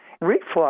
Reflux